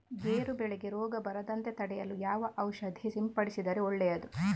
ಗೇರು ಬೆಳೆಗೆ ರೋಗ ಬರದಂತೆ ತಡೆಯಲು ಯಾವ ಔಷಧಿ ಸಿಂಪಡಿಸಿದರೆ ಒಳ್ಳೆಯದು?